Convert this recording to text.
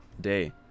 Day